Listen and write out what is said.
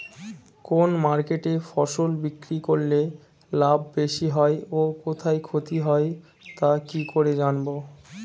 কোন মার্কেটে ফসল বিক্রি করলে লাভ বেশি হয় ও কোথায় ক্ষতি হয় তা কি করে জানবো?